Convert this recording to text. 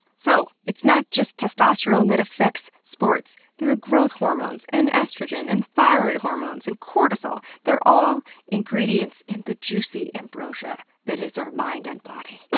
so it's not just testosterone that affects sports! there are growth hormones, and estrogen, and thyroid hormones, and cortisol. they're all ingredients in the juicy ambrosia that is our mind and bodies.